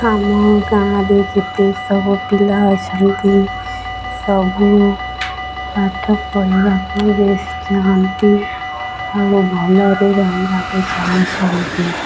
ଆମ ଗାଁରେ ଯେତେ ସବୁ ପିଲା ଅଛନ୍ତି ସବୁ ପାଠ ପଢ଼ିବାକୁ ବେସ ଚାହାନ୍ତି ଆଉ ଭଲରେ ରହିବାକୁ ଚାହୁଁଛନ୍ତି